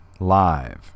Live